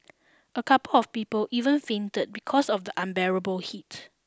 a couple of people even fainted because of the unbearable heat